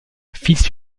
fils